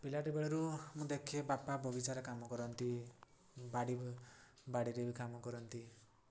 ପିଲାଟି ବେଳରୁ ମୁଁ ଦେଖେ ବାପା ବଗିଚାରେ କାମ କରନ୍ତି ବାଡ଼ି ବାଡ଼ିରେ ବି କାମ କରନ୍ତି